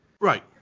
Right